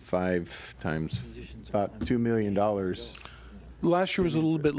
five times two million dollars last year was a little bit